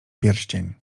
pierścień